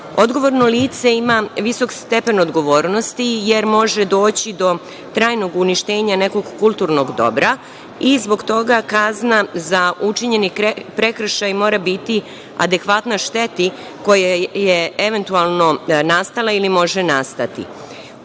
Odgovorno lice ima visok stepen odgovornosti jer može doći do trajnog uništenja nekog kulturnog dobra i zbog toga kazna za učinjeni prekršaj mora biti adekvatna šteti koja je eventualno nastala ili može nastati. Ukoliko